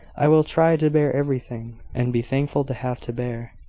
i will try to bear everything, and be thankful to have to bear,